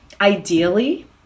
Ideally